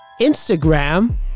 Instagram